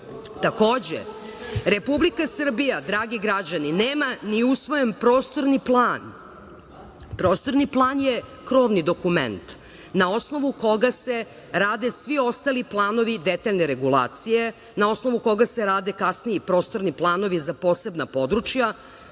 pričate. Takođe, Republika Srbija, dragi građani, nema ni usvojen prostorni plan. Prostorni plan je krovni dokument na osnovu koga se rade svi ostali planovi detaljne regulacije, na osnovu koga se rade kasniji prostorni planovi za posebna područja,